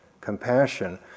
compassion